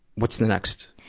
what's the next,